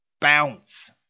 Bounce